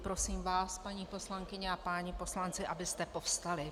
Prosím vás, paní poslankyně a páni poslanci, abyste povstali.